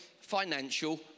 financial